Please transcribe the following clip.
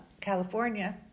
California